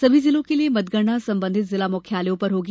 सभी जिलों के लिए मतगणना संबंधित जिला मुख्यालयों पर होगी